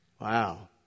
Wow